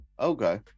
Okay